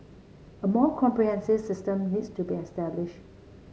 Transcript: a more comprehensive system needs to be established